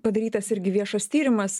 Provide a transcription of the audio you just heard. padarytas irgi viešas tyrimas